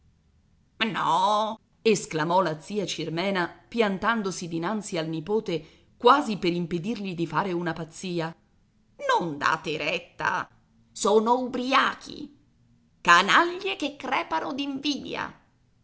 no esclamò la zia cirmena piantandosi dinanzi al nipote quasi ad impedirgli di fare una pazzia non date retta sono ubbriachi canaglia che crepano